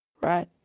right